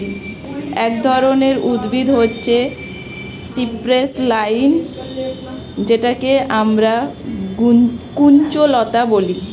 এক ধরনের উদ্ভিদ হচ্ছে সিপ্রেস ভাইন যেটাকে আমরা কুঞ্জলতা বলি